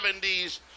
70s